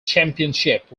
championship